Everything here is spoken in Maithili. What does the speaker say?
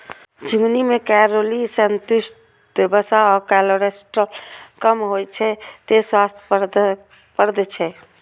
झिंगुनी मे कैलोरी, संतृप्त वसा आ कोलेस्ट्रॉल कम होइ छै, तें स्वास्थ्यप्रद छै